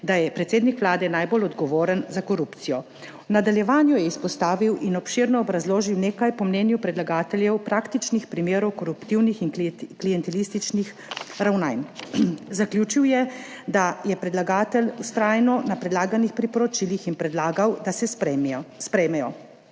da je predsednik Vlade najbolj odgovoren za korupcijo. V nadaljevanju je izpostavil in obširno obrazložil nekaj - po mnenju predlagateljev - praktičnih primerov koruptivnih in klientelističnih ravnanj. Zaključil je, da je predlagatelj vztrajno na predlaganih priporočilih in predlagal, da se sprejmijo,